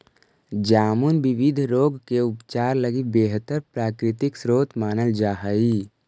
जामुन विविध रोग के उपचार लगी बेहतर प्राकृतिक स्रोत मानल जा हइ